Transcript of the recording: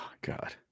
God